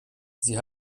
sie